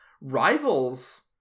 rivals